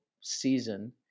season